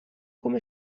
come